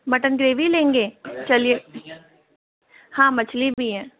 mutton gravy लेंगे चलिए हाँ मछली भी है